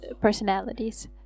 personalities